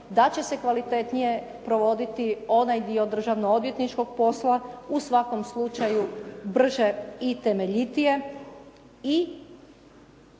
da će se kvalitetnije provoditi onaj dio državno-odvjetničkog posla, u svakom slučaju brže i temeljitije